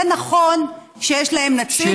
זה נכון שכיש להם נציג בדמות חיים כץ,